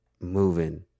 moving